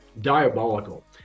diabolical